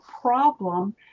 problem